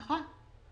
נכון.